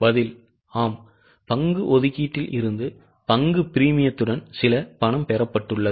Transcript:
பதில் ஆம் பங்கு ஒதுக்கீட்டில் இருந்து பங்கு பிரீமியத்துடன் சில பணம் பெறப்பட்டுள்ளது